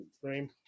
frame